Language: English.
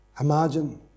Imagine